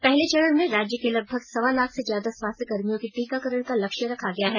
पहले चरण में राज्य के लगभग सवा लाख से ज्यादा स्वास्थ्य कर्मियों के टीकाकरण का लक्ष्य रखा गया है